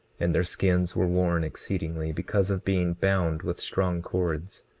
and their skins were worn exceedingly because of being bound with strong cords.